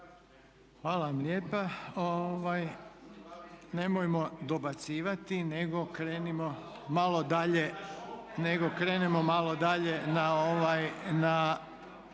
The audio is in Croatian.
Željko (HDZ)** Nemojmo dobacivati nego krenimo malo dalje na